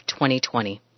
2020